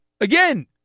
Again